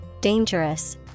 dangerous